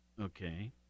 Okay